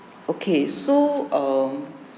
okay so um